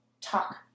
talk